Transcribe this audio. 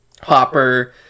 Hopper